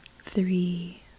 three